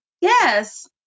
Yes